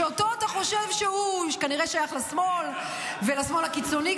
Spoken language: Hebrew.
אתה חושב שהוא איש שכנראה שייך לשמאל ולשמאל הקיצוני,